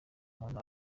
umuntu